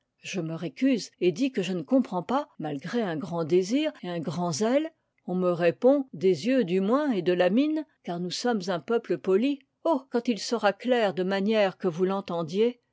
je me récuse et dis que je ne comprends pas malgré un grand désir et un grand zèle on me répond des yeux du moins et de la mine car nous sommes un peuple poli oh quand il sera clair de manière que vous l'entendiez